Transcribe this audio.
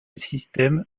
système